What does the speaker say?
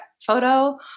photo